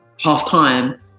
half-time